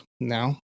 now